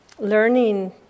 learning